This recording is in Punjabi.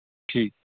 ਠੀਕ